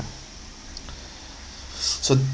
so